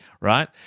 right